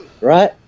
right